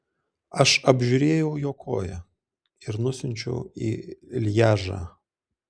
aš apžiūrėjau jo koją ir nusiunčiau į lježą